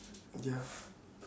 ya